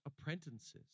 apprentices